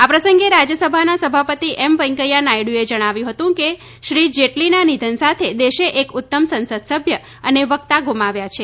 આ પ્રસંગે રાજયસભાના સભાપતિ એમ વેકૈયા નાયડુએ જણાવ્યું હતું કે શ્રી જેટલીના નિધન સાથે દેશે એક ઉત્તમ સંસદસભ્ય અને વકતા ગુમાવ્યા છે